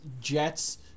Jets